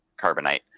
Carbonite